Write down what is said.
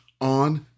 on